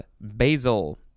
basil